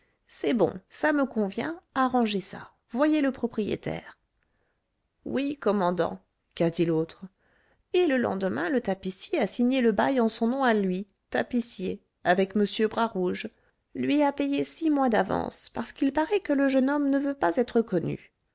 c'est bon ça me convient arrangez ça voyez le propriétaire oui commandant qu'a dit l'autre et le lendemain le tapissier a signé le bail en son nom à lui tapissier avec m bras rouge lui a payé six mois d'avance parce qu'il paraît que le jeune homme ne veut pas être connu